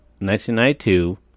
1992